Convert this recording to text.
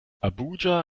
abuja